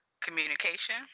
communication